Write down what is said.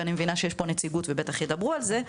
אני מבינה שיש פה נציגות ובטח ידברו על זה,